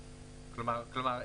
כלומר,